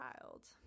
child